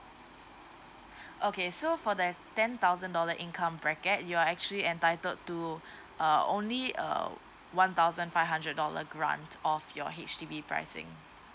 okay so for that ten thousand dollar income bracket you are actually entitled to uh only uh one thousand five hundred dollar grant of your H_D_B pricing